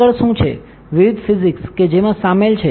આગળ શું છે વિવિધ ફિઝિક્સ કે જેમાં શામેલ છે